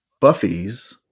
Buffy's